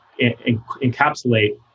encapsulate